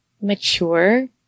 mature